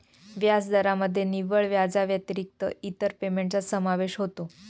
व्याजदरामध्ये निव्वळ व्याजाव्यतिरिक्त इतर पेमेंटचा समावेश होतो